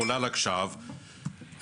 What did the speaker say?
כולל עכשיו,